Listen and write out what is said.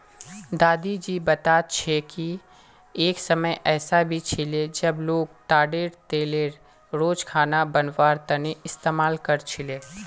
दादी जी बता छे कि एक समय ऐसा भी छिले जब लोग ताडेर तेलेर रोज खाना बनवार तने इस्तमाल कर छीले